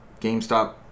GameStop